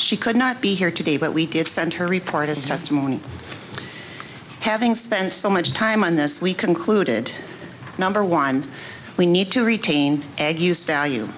she could not be here today but we did send her report as testimony having spent so much time on this we concluded number one we need to retain eg use value